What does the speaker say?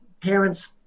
Parents